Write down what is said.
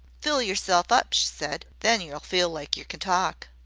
fill yerself up, she said. then ye'll feel like yer can talk.